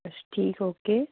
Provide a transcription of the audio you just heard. ਅੱਛ ਠੀਕ ਓਕੇ